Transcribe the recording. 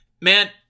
man